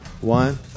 One